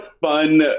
fun